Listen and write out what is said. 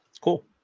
Cool